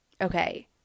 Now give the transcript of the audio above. Okay